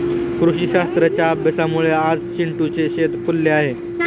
कृषीशास्त्राच्या अभ्यासामुळे आज चिंटूचे शेत फुलले आहे